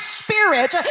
spirit